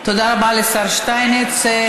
תודה רבה לשר שטייניץ.